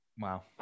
Wow